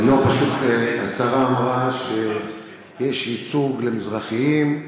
השרה אמרה שיש ייצוג למזרחים,